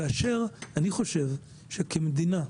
כאשר אני חושב שכמדינה,